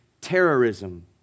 terrorism